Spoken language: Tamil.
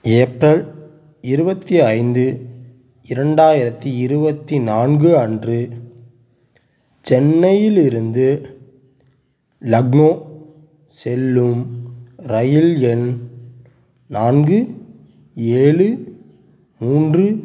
ஏப்ரல் இருபத்தி ஐந்து இரண்டாயிரத்து இருபத்தி நான்கு அன்று சென்னையிலிருந்து லக்னோ செல்லும் ரயில் எண் நான்கு ஏழு மூன்று